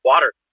Water